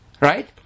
Right